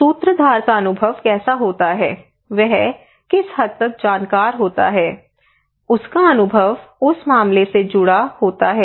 सूत्रधार का अनुभव कैसा होता है वह किस हद तक जानकार होता है उसका अनुभव उस मामले से जुड़ा होता है